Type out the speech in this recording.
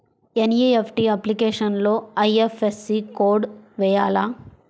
NEFT అప్లికేషన్లో IFSC code వేయాలా?